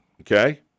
Okay